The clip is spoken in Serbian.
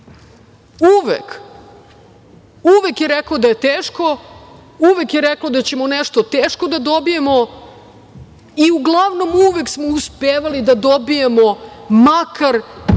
uvek, uvek je rekao da je teško, uvek je rekao da ćemo nešto teško da dobijemo i uglavnom uvek smo uspevali da dobijemo makar